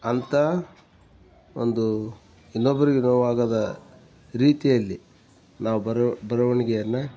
ಅಂಥ ಒಂದು ಇನ್ನೊಬ್ರಿಗೆ ನೋವಾಗದ ರೀತಿಯಲ್ಲಿ ನಾವು ಬರ್ ಬರವಣ್ಗೆಯನ್ನ